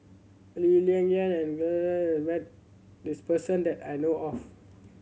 Lee Ling Yen and met this person that I know of